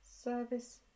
Service